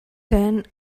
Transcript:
then